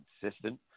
consistent